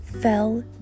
fell